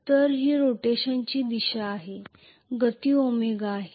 तर ही रोटेशनची दिशा आहे गती ओमेगा ω आहे